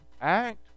act